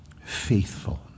faithful